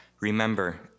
remember